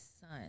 son